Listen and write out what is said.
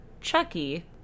Chucky